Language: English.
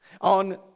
On